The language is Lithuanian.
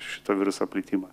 šito viruso plitimą